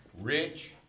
rich